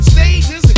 Stages